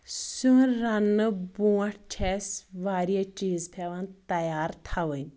سیُن رَنہٕ بَرُونٛٹھ چھِ اَسہِ واریاہ چِیٖز پؠوان تیار تھاوٕنۍ